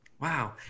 Wow